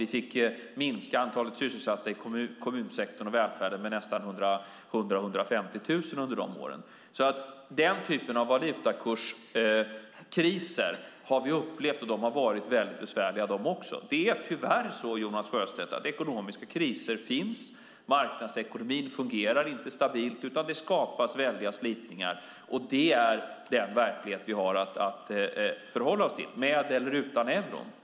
Vi fick minska antalet sysselsatta i kommunsektorn och välfärden med 100 000-150 000 under de åren. Den typen av valutakurskriser har vi upplevt. De har också varit väldigt besvärliga. Det är tyvärr så, Jonas Sjöstedt, att ekonomiska kriser finns. Marknadsekonomin fungerar inte stabilt, utan det skapas stora slitningar, och det är den verklighet som vi har att förhålla oss till, med eller utan euron.